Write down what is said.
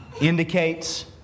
indicates